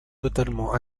totalement